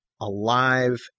alive